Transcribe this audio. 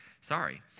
sorry